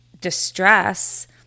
distress